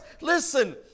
Listen